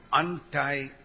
untie